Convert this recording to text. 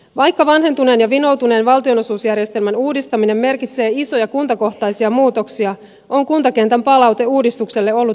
vaikka vanhentuneen ja vinoutuneen valtionosuusjärjestelmän uudistaminen merkitsee isoja kuntakohtaisia muutoksia on kuntakentän palaute uudistukselle ollut rohkaiseva